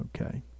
Okay